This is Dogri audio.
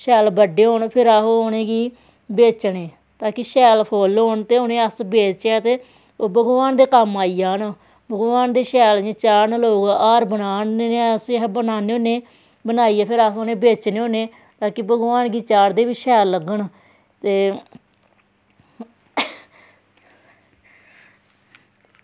शैल बड्डे होन फिर अस उ'नेंगी बेचने ताकि शैल फुल्ल होन ते उ'नेंगी अस बेचचै ते ओह् भगवान दे कम्म आई जान भगवान दे शैल इ'यां चाढ़न लोग हार बनान जि'यां उस्सी अस बनान्ने होन्ने बनाइयै फिर अस उ'नें बेचने होन्ने ताकि भगवान गी चाढ़दे बी शैल लग्गन ते